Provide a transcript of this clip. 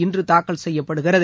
இன்று தாக்கல் செய்யப்படுகிறது